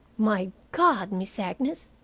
my god, miss agnes!